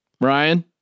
Ryan